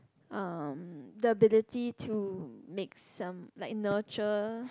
uh the ability to make some like nurture